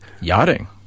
yachting